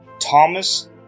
Thomas